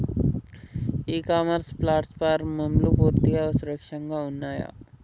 ఇ commerce ప్లాట్ఫారమ్లు పూర్తిగా సురక్షితంగా ఉన్నయా?